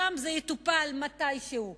שם זה יטופל מתישהו.